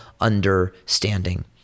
understanding